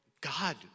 God